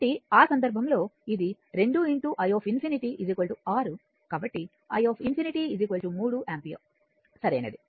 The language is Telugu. కాబట్టి ఆ సందర్భంలో ఇది 2 i ∞ 6 కాబట్టి i ∞ 3 యాంపియర్ సరైనది